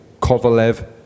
Kovalev